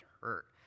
hurt